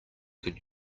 could